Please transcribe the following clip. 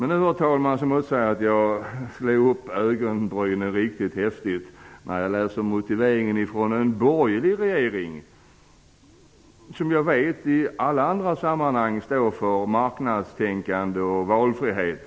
Nu, herr talman, måste jag säga att jag höjde ögonbrynen riktigt häftigt när jag läste motiveringen ifrån en borgerlig regering. Jag vet att den i alla andra sammanhang står för marknadstänkande och valfrihet.